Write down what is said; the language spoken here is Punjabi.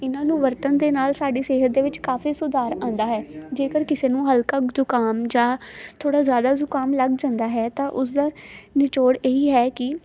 ਇਨ੍ਹਾਂ ਨੂੰ ਵਰਤਣ ਦੇ ਨਾਲ ਸਾਡੀ ਸਿਹਤ ਦੇ ਵਿੱਚ ਕਾਫ਼ੀ ਸੁਧਾਰ ਆਂਦਾ ਹੈ ਜੇਕਰ ਕਿਸੇ ਨੂੰ ਹਲਕਾ ਜੁਕਾਮ ਜਾਂ ਥੋੜਾ ਜਿਆਦਾ ਜੁਕਾਮ ਲੱਗ ਜਾਂਦਾ ਹੈ ਤਾਂ ਉਸਦਾ ਨਿਚੋੜ ਏਹੀ ਹੈ ਕੀ